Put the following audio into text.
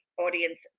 audience